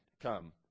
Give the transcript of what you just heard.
come